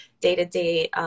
day-to-day